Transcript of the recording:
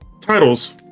titles